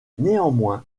néanmoins